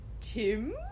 Tim